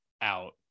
out